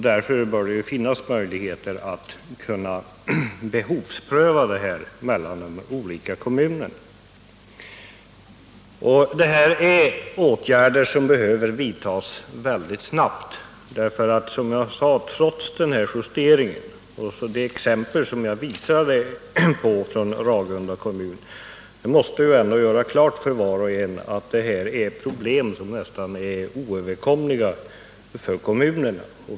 Därför bör det finnas möjlighet att behovspröva mellan olika kommuner. Det här är åtgärder som behöver vidtas mycket snabbt. Det exempel som jag visade på från Ragunda kommun måste ändå göra klart för var och en, att problemen trots justeringen är nästan oöverkomliga för kommunerna.